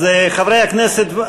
חברי הכנסת,